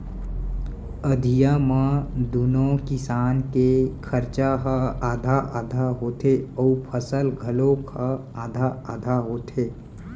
अधिया म दूनो किसान के खरचा ह आधा आधा होथे अउ फसल घलौक ह आधा आधा होथे